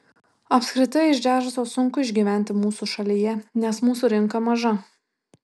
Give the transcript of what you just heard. apskritai iš džiazo sunku išgyventi mūsų šalyje nes mūsų rinka maža